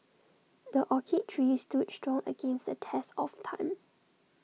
the oak tree stood strong against the test of time